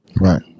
Right